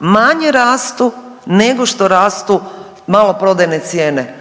manje rastu nego što rastu maloprodajne cijene